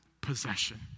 possession